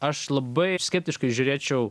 aš labai skeptiškai žiūrėčiau